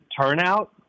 turnout